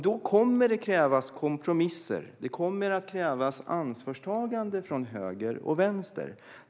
Då kommer det att krävas kompromisser. Det kommer att krävas ansvarstagande från höger och vänster.